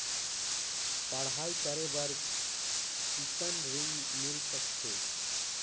पढ़ाई करे बार कितन ऋण मिल सकथे?